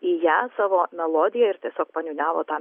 į ją savo melodija ir tiesiog paniūniavo tą